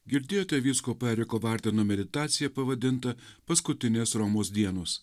girdėjote vyskupo eriko vardeno meditaciją pavadintą paskutinės romos dienos